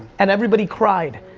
and everybody cried,